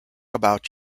about